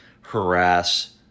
harass